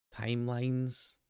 timelines